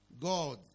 God